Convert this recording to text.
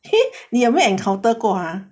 eh 你有没有 encounter ah